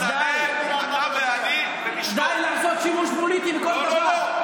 די, די לעשות שימוש פוליטי בכל דבר.